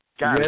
Yes